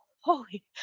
holy